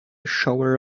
shower